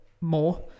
more